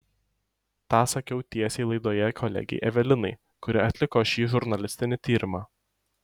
tą sakiau tiesiai laidoje kolegei evelinai kuri atliko šį žurnalistinį tyrimą